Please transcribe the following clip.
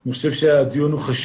חשוב,